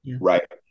Right